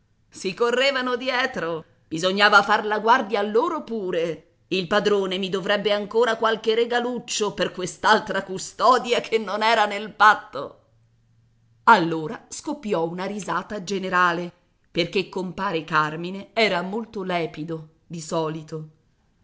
si correvano dietro bisognava far la guardia a loro pure il padrone mi dovrebbe ancora qualche regaluccio per quest'altra custodia che non era nel patto allora scoppiò una risata generale perché compare carmine era molto lepido di solito